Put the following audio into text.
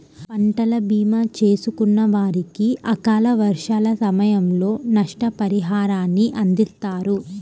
పంటల భీమా చేసుకున్న వారికి అకాల వర్షాల సమయంలో నష్టపరిహారాన్ని అందిస్తారు